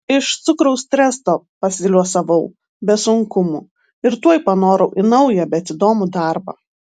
iš cukraus tresto pasiliuosavau be sunkumų ir tuoj panorau į naują bet įdomų darbą